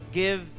give